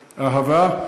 ובאהבה.